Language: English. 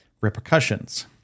repercussions